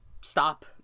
stop